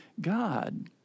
God